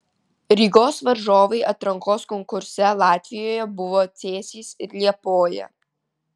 rygos varžovai atrankos konkurse latvijoje buvo cėsys ir liepoja